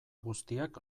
guztiak